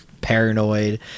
paranoid